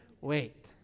Wait